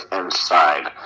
inside